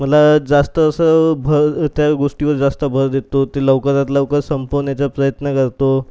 मला जास्त असं भर त्या गोष्टीवर जास्त भर देतो ते लवकरात लवकर संपवण्याचा प्रयत्न करतो